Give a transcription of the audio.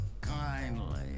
kindly